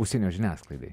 užsienio žiniasklaidai